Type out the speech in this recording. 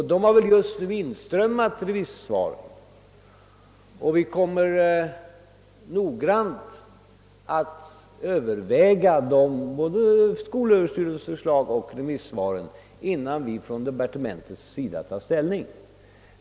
Svaren har nu börjat strömma in, och vi kommer att mycket noggrant granska såväl skolöverstyrelsens förslag som remissvaren, innan vi i departementet tar ställning till frågan.